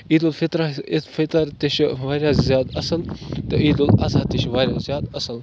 عیٖد الفطرَس الفطر تہِ چھِ واریاہ زیادٕ اَصٕل تہٕ عیٖد الضحیٰ تہِ چھِ واریاہ زیادٕ اَصٕل